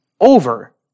over